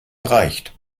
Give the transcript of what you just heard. reicht